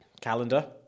calendar